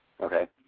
okay